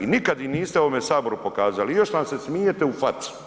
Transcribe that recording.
I nikad ih niste ovome Saboru pokazali i još nam se smijete u facu.